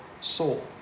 soul